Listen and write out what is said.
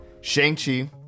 Shang-Chi